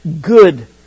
good